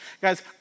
Guys